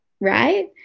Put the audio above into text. right